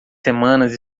semanas